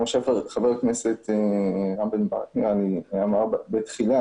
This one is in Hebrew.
כמו שחבר הכנסת רם בן ברק אמר בתחילה,